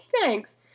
Thanks